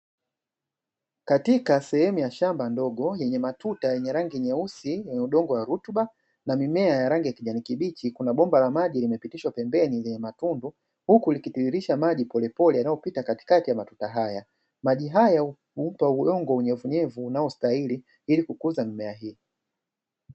Katika sehemu ya shamba ndogo yenye matuta yenye rangi nyeusi yenye udongo wa rutuba na mimea ya rangi ya kijani kibichi, kuna bomba la maji limepitishwa pembeni lenye matundu huku likitiririsha maji polepole yanayopita katika matuta haya, maji haya huupa udongo unyevuunyevu unaostahili ili kukuza mimea hii.